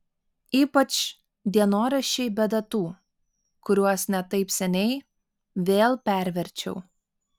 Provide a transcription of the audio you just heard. ypač dienoraščiai be datų kuriuos ne taip seniai vėl perverčiau